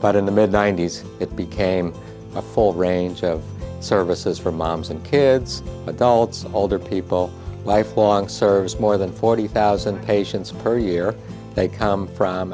but in the mid ninety's it became a full range of services for moms and kids adults and older people lifelong service more than forty thousand patients per year they come from